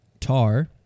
Tar